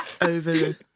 over